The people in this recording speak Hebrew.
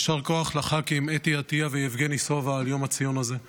יישר כוח לח"כים אתי עטיה ויבגני סובה על ציון היום הזה.